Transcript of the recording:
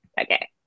Okay